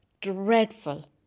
dreadful